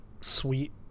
sweet